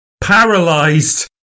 paralyzed